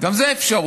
גם זו אפשרות.